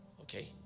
Okay